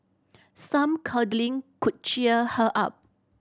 some cuddling could cheer her up